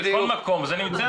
בכל מקום זה נמצא.